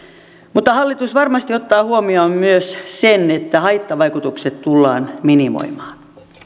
mutta hallitus varmasti ottaa huomioon myös sen että haittavaikutukset tullaan minimoimaan